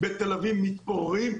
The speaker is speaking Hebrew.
בתל-אביב מתפוררים,